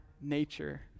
nature